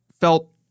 felt